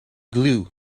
glue